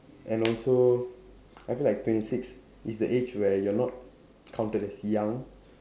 and also I feel like twenty six is the age where you are not counted as young